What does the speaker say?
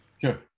Sure